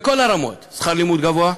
בכל הרמות: שכר לימוד גבוה,